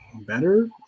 better